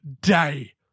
day